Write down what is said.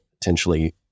potentially